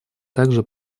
также